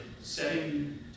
setting